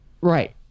Right